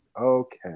Okay